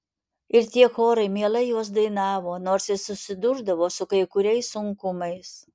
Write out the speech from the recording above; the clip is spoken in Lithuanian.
ir tie chorai mielai juos dainavo nors ir susidurdavo su kai kuriais sunkumais